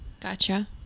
Gotcha